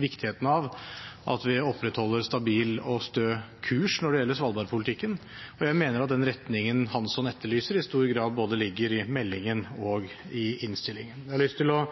viktigheten av at vi opprettholder stabil og stø kurs når det gjelder Svalbard-politikken, og jeg mener at den retningen som Hansson etterlyser, i stor grad ligger både i meldingen og i innstillingen. Jeg har lyst til å